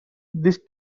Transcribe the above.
this